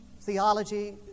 theology